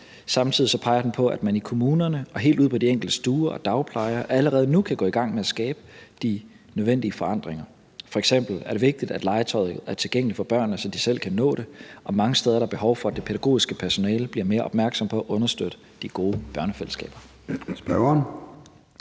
Samtidig peger den på, at man i kommunerne og helt ude på de enkelte stuer og hos de enkelte dagplejere allerede nu kan gå i gang med at skabe de nødvendige forandringer. F.eks. er det vigtigt, at legetøjet er tilgængeligt for børnene, så de selv kan nå det, og mange steder er der behov for, at det pædagogiske personale bliver mere opmærksomme på at understøtte de gode børnefællesskaber.